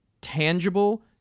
tangible